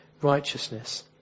righteousness